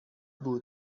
بود